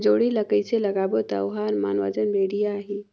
जोणी ला कइसे लगाबो ता ओहार मान वजन बेडिया आही?